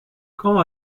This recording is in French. quand